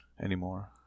anymore